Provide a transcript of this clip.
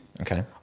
Okay